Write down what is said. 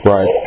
Right